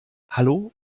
hallo